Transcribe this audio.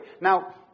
Now